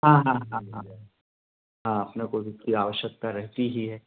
हाँ हाँ हाँ हाँ हाँ अपने को भी उसकी आवश्यकता रहती ही है